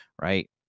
right